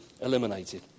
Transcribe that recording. eliminated